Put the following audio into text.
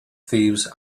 thieves